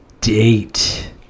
date